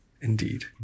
indeed